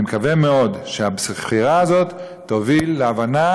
אני מקווה מאוד שהבחירה הזאת תוביל להבנה